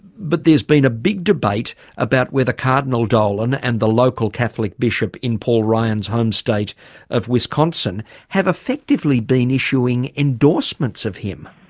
but there's been a big debate about whether cardinal dolan and the local catholic bishop in paul ryan's home state of wisconsin have effectively been issuing endorsements of him.